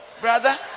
brother